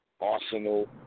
Arsenal